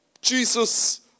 Jesus